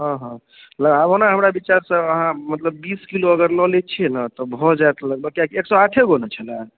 हँ हँ वएह आब ओना हमरा बिचारसऽ आहाँ मतलब बीसकिलो अगर लऽ लै छियै ने तऽ भऽ जायत लगभग किएकि एक सए आठे गो ने छलए